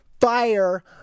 fire